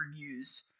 reviews